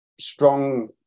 strong